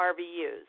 RVUs